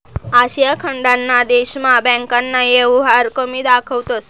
आशिया खंडना देशस्मा बँकना येवहार कमी दखातंस